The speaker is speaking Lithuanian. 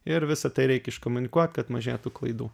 ir visą tai reikia iškomunikuot kad mažėtų klaidų